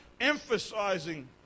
emphasizing